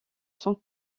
son